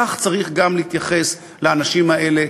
כך צריך גם להתייחס לאנשים האלה,